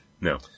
No